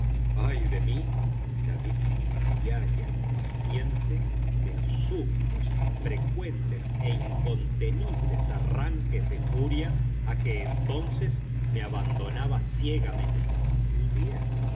ay de mí la víctima diaria y paciente de los súbitos frecuentes e incontenibles arranques de furia a que entonces me abandonaba ciegamente un día